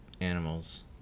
animals